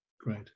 Great